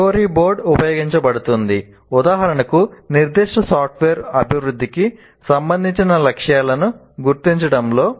storyboard ఉపయోగించబడుతుంది ఉదాహరణకు నిర్దిష్ట సాఫ్ట్వేర్ అభివృద్ధికి సంబంధించిన లక్షణాలను గుర్తించడంలో